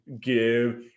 give